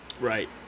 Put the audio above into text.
Right